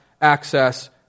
access